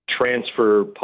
transfer